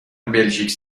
بلژیک